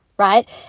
Right